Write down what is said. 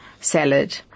salad